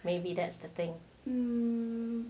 maybe that's the thing